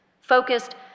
focused